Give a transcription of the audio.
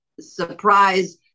surprise